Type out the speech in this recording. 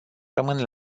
rămân